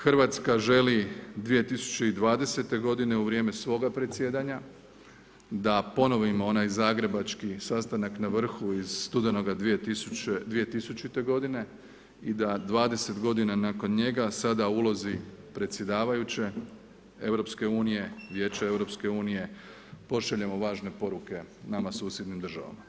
Hrvatska želi 2020. godine u vrijeme svoga predsjedanja da ponovimo onaj zagrebački sastanak na vrhu iz studenog 2000. godine i da 20 godina nakon njega sada u ulozi predsjedavajuće Vijeća EU pošaljemo važne poruke nama susjednim državama.